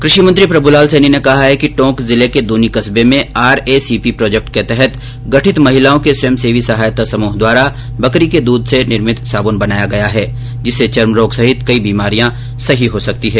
कृषि मंत्री प्रभुलाल सैनी ने कहा है कि टोंक जिले के दूनी कस्बे में आरएसीपी प्राजेक्ट के तहत गठित महिलाओं के एक स्वयंसेवी सहायता समूह द्वारा बकरी के दूध से निर्मित साबून बनाया है जिससे चर्म रोग सहित कई बीमारियां सहीं हो सकती हैं